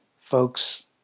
folks